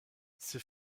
ces